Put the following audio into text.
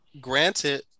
Granted